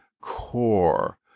core